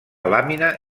làmina